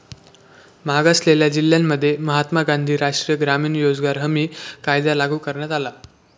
मागासलेल्या जिल्ह्यांमध्ये महात्मा गांधी राष्ट्रीय ग्रामीण रोजगार हमी कायदा लागू करण्यात आला